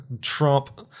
Trump –